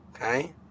Okay